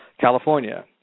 California